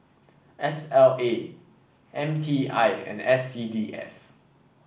S L A M T I and S C D F